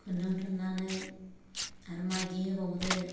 खुन्दुं थुन्नानै आरो माइदि होबावदो